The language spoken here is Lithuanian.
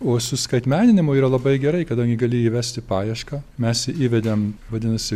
o su skaitmeninimu yra labai gerai kadangi gali įvesti paiešką mes įvedėm vadinasi